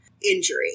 Injury